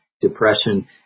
depression